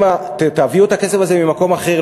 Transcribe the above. ותביאו את הכסף הזה ממקום אחר,